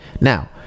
Now